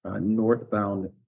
northbound